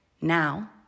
now